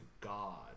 God